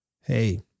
Hey